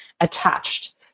attached